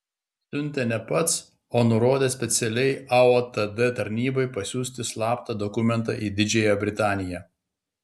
siuntė ne pats o nurodė specialiai aotd tarnybai pasiųsti slaptą dokumentą į didžiąją britaniją